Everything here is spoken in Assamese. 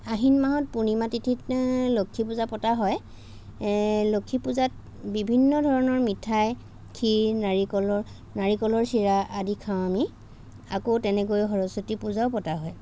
আহিন মাহত পূৰ্ণিমা তিথিত লক্ষ্মীপূজা পতা হয় লক্ষ্মীপূজাত বিভিন্ন ধৰণৰ মিঠাই খীৰ নাৰিকলৰ চিৰা আদি খাওঁ আমি আকৌ তেনেকৈ সৰস্বতী পূজাও পতা হয়